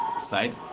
side